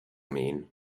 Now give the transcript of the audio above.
mean